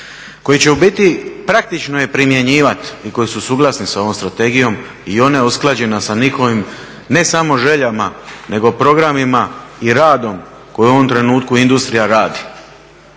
koji će u biti praktično je primjenjivati i koji su suglasni sa ovom strategijom i ona je usklađena sa njihovim, ne samo željama, nego programima i radom koji u ovom trenutku industrija radi.